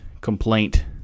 complaint